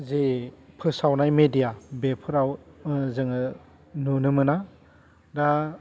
जे फोसावनाय मेदिया बेफ्राव जोङो नुनो मोना दा